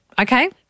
okay